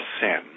sin